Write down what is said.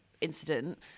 incident